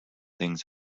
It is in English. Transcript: things